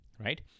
right